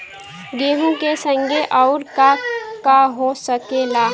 गेहूँ के संगे अउर का का हो सकेला?